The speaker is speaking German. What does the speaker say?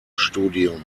studium